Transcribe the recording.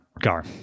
gar